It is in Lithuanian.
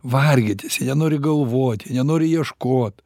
vargintis jie nenori galvoti nenori ieškot